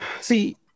See